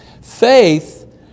Faith